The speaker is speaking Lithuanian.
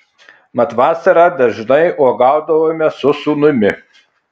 mat vasarą dažnai uogaudavome su sūnumi